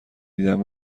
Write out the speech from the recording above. دیدن